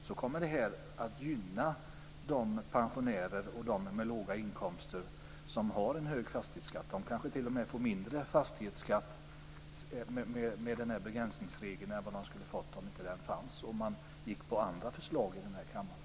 Jag konstaterar att det kommer att gynna människor som har små pensioner eller små inkomster men en hög fastighetsskatt. De får kanske t.o.m. mindre fastighetsskatt enligt den här begränsningsregeln än vad de skulle ha fått enligt andra förslag här i kammaren.